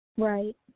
Right